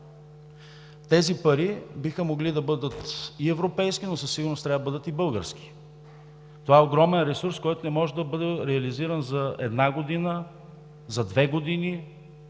Тези пари биха могли да бъдат и европейски, но със сигурност трябва да бъдат и български. Това е огромен ресурс, който не може да бъде реализиран за една година, за две години,